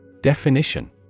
Definition